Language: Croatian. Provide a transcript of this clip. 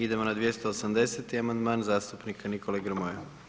Idemo na 280. amandman zastupnika Nikole Grmoje.